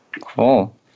Cool